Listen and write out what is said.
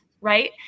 right